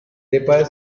ripper